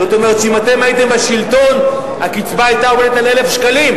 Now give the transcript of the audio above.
זאת אומרת שאם אתם הייתם בשלטון הקצבה היתה עומדת על 1,000 שקלים,